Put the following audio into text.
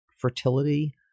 fertility